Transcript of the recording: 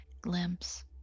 glimpse